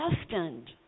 destined